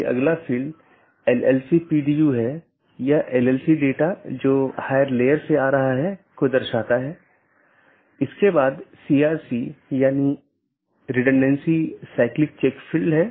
और अगर आप फिर से याद करें कि हमने ऑटॉनमस सिस्टम फिर से अलग अलग क्षेत्र में विभाजित है तो उन क्षेत्रों में से एक क्षेत्र या क्षेत्र 0 बैकबोन क्षेत्र है